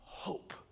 Hope